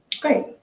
Great